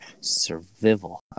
Survival